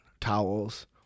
towels